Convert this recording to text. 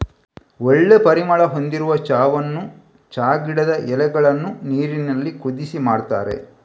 ಒಳ್ಳೆ ಪರಿಮಳ ಹೊಂದಿರುವ ಚಾವನ್ನ ಚಾ ಗಿಡದ ಎಲೆಗಳನ್ನ ನೀರಿನಲ್ಲಿ ಕುದಿಸಿ ಮಾಡ್ತಾರೆ